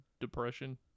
depression